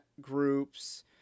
groups